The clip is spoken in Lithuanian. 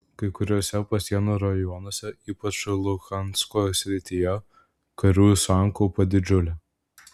kai kuriuose pasienio rajonuose ypač luhansko srityje karių sankaupa didžiulė